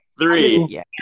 three